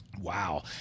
Wow